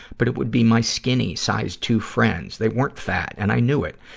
but it would be my skinny size two friends. they weren't fat, and i knew it,